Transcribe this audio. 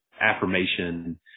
affirmation